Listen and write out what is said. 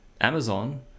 amazon